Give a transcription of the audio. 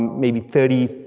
maybe thirty,